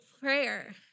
prayer